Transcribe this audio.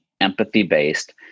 empathy-based